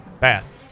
Pass